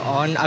on